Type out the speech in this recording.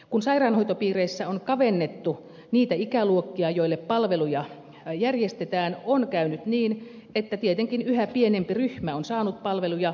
kun sairaanhoitopiireissä on kavennettu niitä ikäluokkia joille palveluja järjestetään on käynyt niin että tietenkin yhä pienempi ryhmä on saanut palveluja